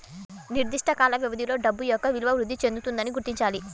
నిర్దిష్ట కాల వ్యవధిలో డబ్బు యొక్క విలువ వృద్ధి చెందుతుందని గుర్తించాలి